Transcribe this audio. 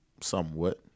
somewhat